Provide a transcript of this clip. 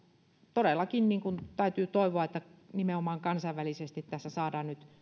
todellakin täytyy toivoa että nimenomaan kansainvälisesti tässä saadaan nyt